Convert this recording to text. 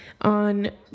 on